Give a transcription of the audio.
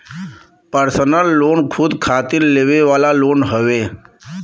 personal loan खुद खातिर लेवे वाला लोन हउवे